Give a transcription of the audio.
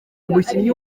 umukinnyi